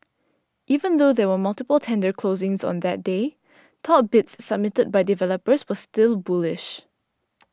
even though there were multiple tender closings on that day top bids submitted by developers were still bullish